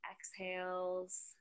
exhales